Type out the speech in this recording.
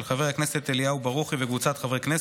של חבר הכנסת אליהו ברוכי וקבוצת חברי הכנסת,